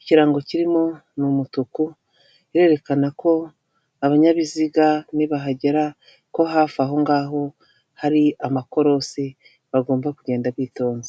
ikirango kirimo ni umutuku, birerekana ko abanyabiziga nibahagera, ko hafi ahongaho hari amakorosi, bagomba kugenda bitonze.